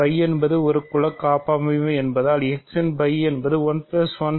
φ என்பது ஒரு குல காப்பமைவியம் என்பதால் x இன் φ என்பது 1 1 1